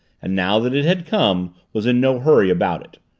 and now that it had come was in no hurry about it.